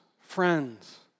friends